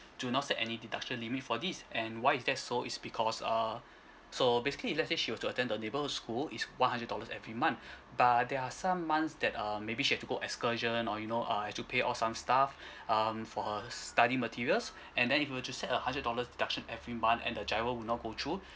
do not set any deduction limit for this and why is that so is because uh so basically let's say she were to attend the neighbourhood school it's one hundred dollars every month but there are some months that um maybe she had to go excursion or you know uh had to pay off some stuff um for her study materials and then if you were to set a hundred dollars deduction every month and the giro would not go through